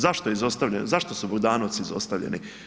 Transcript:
Zašto je izostavljen, zašto su Bogdanovi izostavljeni?